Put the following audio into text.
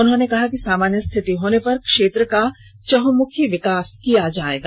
उन्होंने कहा कि सामान्य स्थिति होने पर क्षेत्र का चहमुखी विकास किया जाएगा